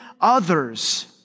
others